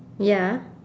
ya